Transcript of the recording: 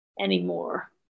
anymore